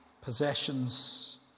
possessions